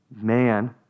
man